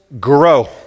grow